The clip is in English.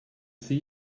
see